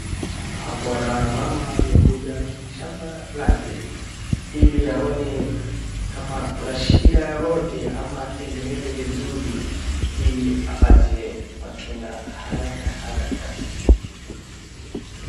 Hapo naona mama amekuja shamba lake ili aone kama kuna shida yoyote ama atengeneze vizuri ili apate matunda haraka haraka.